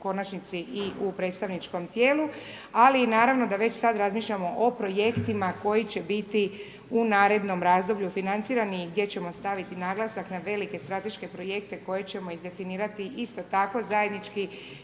konačnici i u predstavničkom tijelu, ali naravno da već sad razmišljamo o projektima koji će biti u narednom razdoblju financirani i gdje ćemo staviti naglasak na velike strateške projekte koje ćemo izdefinirati isto tako zajednički